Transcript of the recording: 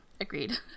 Agreed